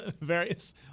various